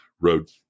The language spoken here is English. road